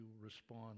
respond